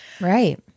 Right